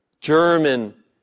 German